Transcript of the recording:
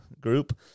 group